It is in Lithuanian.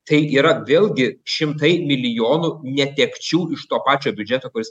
tai yra vėlgi šimtai milijonų netekčių iš to pačio biudžeto kuris